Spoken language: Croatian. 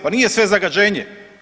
Pa nije sve zagađenje!